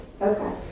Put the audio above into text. Okay